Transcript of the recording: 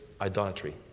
idolatry